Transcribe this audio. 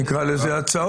גם המחיקות?